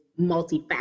multifaceted